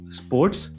sports